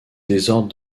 désordre